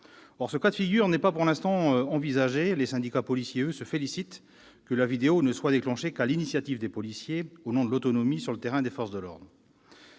Or ce cas de figure n'est, pour l'instant, pas envisagé. Les syndicats de policiers, quant à eux, se félicitent que la vidéo ne soit déclenchée que sur l'initiative des policiers, au nom de l'autonomie sur le terrain des forces de l'ordre.